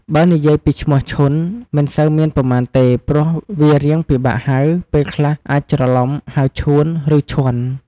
បើនិយាយពីឈ្មោះឈុន មិនសូវមានប៉ុន្មានទេព្រោះវារៀងពិបាកហៅពេលខ្លះអាចច្រលំហៅ ឈួន ឬឈន់។